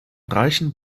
reichen